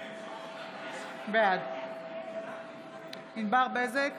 בעד ענבר בזק,